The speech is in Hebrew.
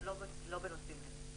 לא בנושאים כאלה.